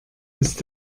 ist